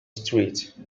street